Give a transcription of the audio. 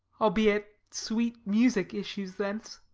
albeit sweet music issues thence.